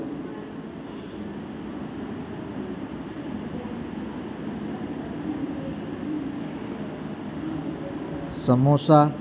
સમોસાં